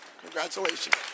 congratulations